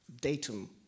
datum